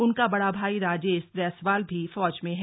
उनका बड़ा भाई राजेश रैंसवाल भी फौज में है